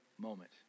moment